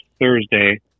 Thursday